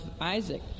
Isaac